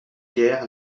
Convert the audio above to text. guerres